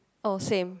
oh same